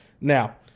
Now